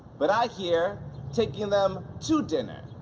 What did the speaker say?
but i hear taking them to dinner.